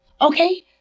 okay